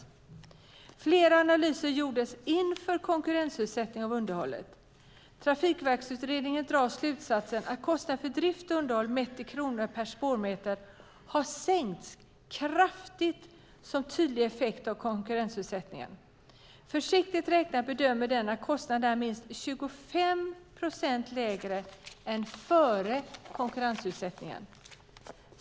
Flera analyser gjordes inför konkurrensutsättningen av underhållet. I delbetänkandet av Trafikverksutredningen drar utredaren . slutsatsen att kostnaden för drift och underhåll mätt i kronor/spårmeter har sänkts kraftigt som tydlig effekt av konkurrensutsättningen. Försiktigt räknat bedömer han att kostnaden är minst 25 % lägre än före konkurrensutsättningen.